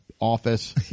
office